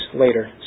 later